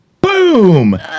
Boom